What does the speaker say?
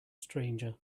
stranger